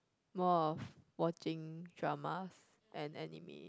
more of watching drama and anime